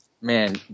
man